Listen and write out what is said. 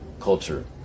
culture